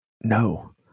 No